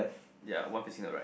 ya one facing the right